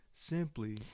Simply